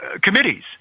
committees